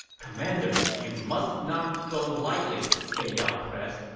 commander, you must not go lightly, fei yao pressed.